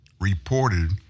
reported